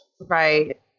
Right